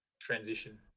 transition